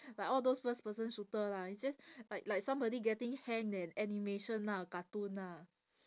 like all those first person shooter lah it's just like like somebody getting hanged and animation lah cartoon lah